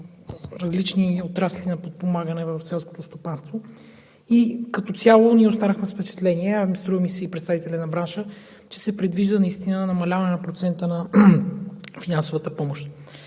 различни отрасли за подпомагане в селското стопанство. Като цяло ние останахме впечатлени, а струва ми се и представители на бранша, че се предвижда намаляване на процента на финансовата помощ.